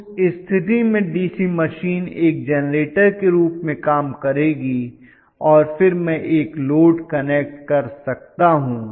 उस स्थिति में डीसी मशीन एक जनरेटर के रूप में काम करेगी और फिर मैं एक लोड कनेक्ट कर सकता हूं